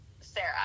Sarah